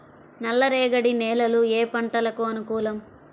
నల్లరేగడి నేలలు ఏ పంటలకు అనుకూలం?